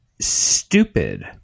stupid